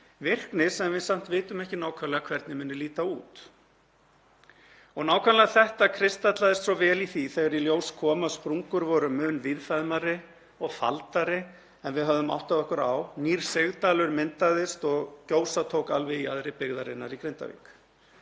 virkni sem við vitum ekki nákvæmlega hvernig muni líta út. Nákvæmlega þetta kristallaðist svo vel í því þegar í ljós kom að sprungur voru mun víðfeðmari og faldari en við höfðum áttað okkur á, nýr sigdalur myndaðist og gjósa tók alveg í jaðri byggðarinnar í Grindavík.